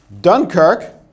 Dunkirk